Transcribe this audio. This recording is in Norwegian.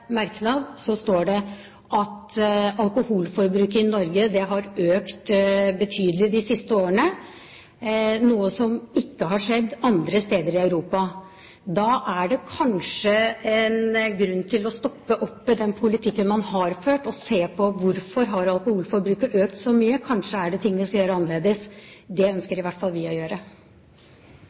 så vellykket, mens det i neste merknad står at alkoholforbruket i Norge har økt betydelig de siste årene – noe som ikke har skjedd andre steder i Europa. Da er det kanskje en grunn til å stoppe opp med den politikken man har ført, og se på hvorfor alkoholforbruket har økt så mye. Kanskje er det ting vi skal gjøre annerledes. Det ønsker i hvert fall vi å gjøre.